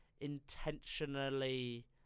intentionally